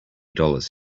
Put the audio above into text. dollars